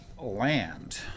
land